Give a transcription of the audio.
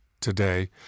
today